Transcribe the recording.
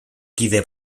kide